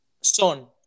Son